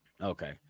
okay